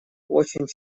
очень